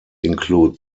include